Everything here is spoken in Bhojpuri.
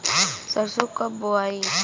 सरसो कब बोआई?